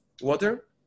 water